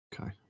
Okay